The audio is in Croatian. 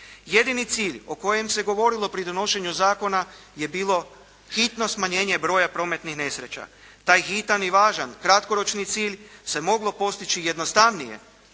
Jedini cilj o kojem se govorilo pri donošenju zakona je bilo hitno smanjenje broja prometnih nesreća. Taj hitan i važan kratkoročni cilj se moglo postići jednostavnije